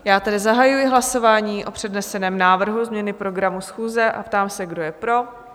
Já tedy zahajuji hlasování o předneseném návrhu změny programu schůze a ptám se, kdo je pro?